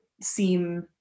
seem